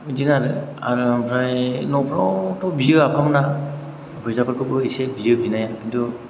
बिदिनो आरो आरो ओमफ्राय न'फ्रावथ' बियो आफा मोना फैसाफोरखौबो इसे बियो बिनाया खिन्थु